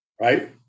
Right